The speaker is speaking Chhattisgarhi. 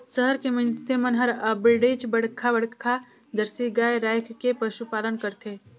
सहर के मइनसे मन हर अबड़ेच बड़खा बड़खा जरसी गाय रायख के पसुपालन करथे